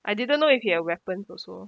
I didn't know if he had weapons also